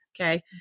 Okay